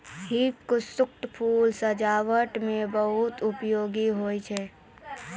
hibiscus फूल सजाबट मे बहुत उपयोगी हुवै छै